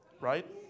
right